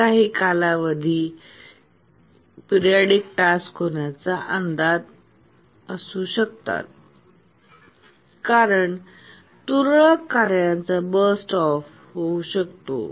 हे काही कालावधीसह पिरियॉडिक टास्क होण्याचा अंदाज असू शकत नाही कारण तुरळक कार्यांचा बर्स्टस ऑफ होऊ शकतो